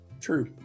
True